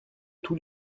tous